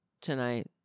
tonight